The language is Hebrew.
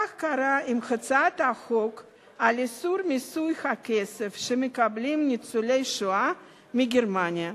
כך קרה עם הצעת החוק על איסור מיסוי הכסף שמקבלים ניצולי שואה מגרמניה.